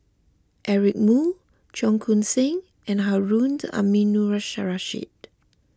Eric Moo Cheong Koon Seng and Harund Aminurrashid